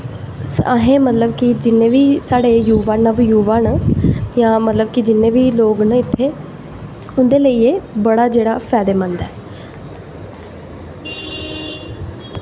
असें मतलब कि जिन्नें बी साढ़े यूवा न जां मतलब जि'न्ने बी लोग न उ'त्थें उं'दे लेई एह् बड़ा जेह्ड़ा फायदेमंद ऐ